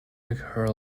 occur